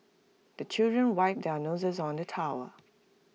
the children wipe their noses on the towel